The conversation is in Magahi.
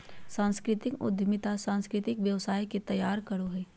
सांस्कृतिक उद्यमिता सांस्कृतिक व्यवसाय के तैयार करो हय